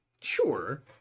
Sure